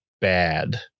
bad